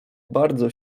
bardzo